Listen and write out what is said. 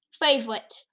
favorite